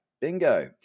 Bingo